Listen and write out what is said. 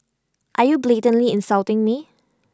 are you blatantly insulting me